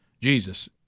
Jesus